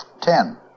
Ten